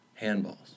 handballs